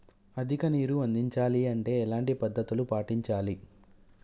అధిక నీరు అందించాలి అంటే ఎలాంటి పద్ధతులు పాటించాలి?